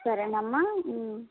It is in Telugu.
సరేనమ్మ